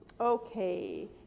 okay